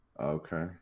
Okay